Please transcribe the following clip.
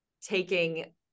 taking